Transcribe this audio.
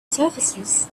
surfaces